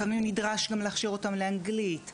לפעמים נדרש גם להכשיר אותם לאנגלית,